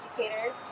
educators